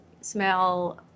smell